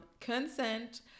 consent